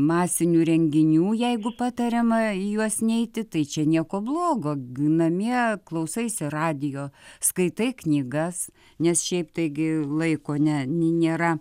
masinių renginių jeigu patariama į juos neiti tai čia nieko blogo namie klausaisi radijo skaitai knygas nes šiaip taigi laiko ne nėra